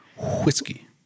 Whiskey